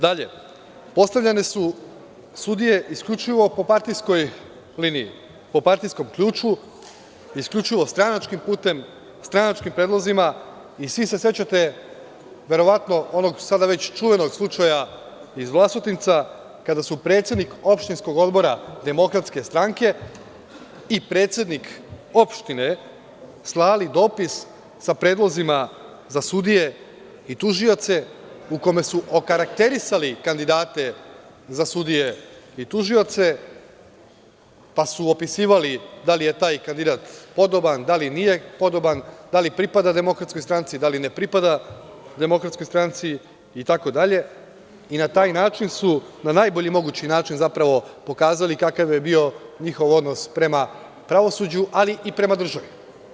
Dalje, postavljene su sudije isključivo po partijskoj liniji, po partijskom ključu, isključivo stranačkim putem, stranačkim predlozima i svi se sećate onog čuvenog slučaja iz Vlasotinca kada su predsednik Opštinskog odbora DS i predsednik opštine slali dopis sa predlozima za sudije i tužioce u kome su okarakterisali kandidate za sudije i tužioce, pa su opisivali da li je taj kandidat podoban, da li nije podoban, da li pripada DS, da li ne pripada DS itd. i na taj način su na najbolji mogući način pokazali kakav je bio njihov odnos prema pravosuđu, ali i prema državi.